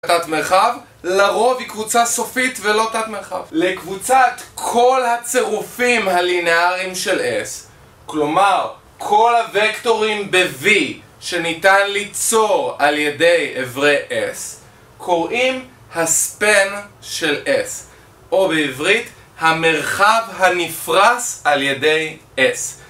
תת מרחב, לרוב היא קבוצה סופית ולא תת מרחב לקבוצת כל הצירופים הלינאריים של S, כלומר, כל הוקטורים ב-V שניתן ליצור על ידי אברי S קוראים הSpan של S או בעברית, המרחב הנפרס על ידי S